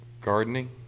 gardening